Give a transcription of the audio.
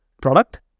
Product